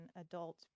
adult